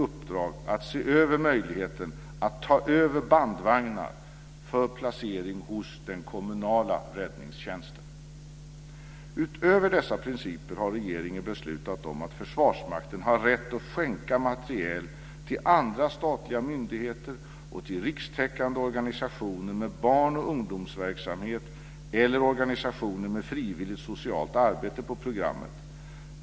Utöver dessa principer har regeringen beslutat att Försvarsmakten har rätt att skänka materiel till andra statliga myndigheter och till rikstäckande organisationer med barn och ungdomsverksamhet eller organisationer med frivilligt socialt arbete på programmet.